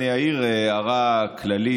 אני אעיר הערה כללית,